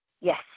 Yes